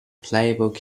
playable